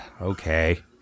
Okay